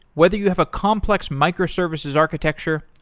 whether you have a complex microservices architecture,